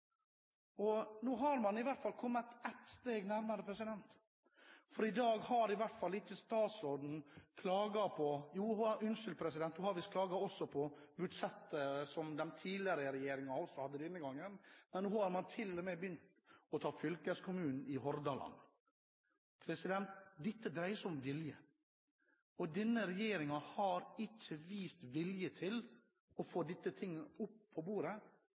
år. Nå har man i hvert fall kommet ett steg nærmere, for i dag har i hvert fall ikke statsråden klaget – jo, unnskyld, hun har visst klaget på budsjetter som de tidligere regjeringene hadde den gangen, og nå har hun til og med begynt å ta fylkeskommunen i Hordaland. Dette dreier seg om vilje. Denne regjeringen har ikke vist vilje til å få disse tingene opp på bordet,